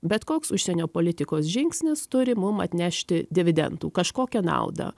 bet koks užsienio politikos žingsnis turi mum atnešti dividendų kažkokią naudą